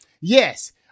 Yes